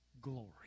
glory